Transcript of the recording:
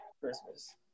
Christmas